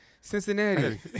Cincinnati